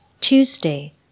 Tuesday